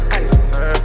ice